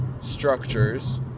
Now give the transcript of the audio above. structures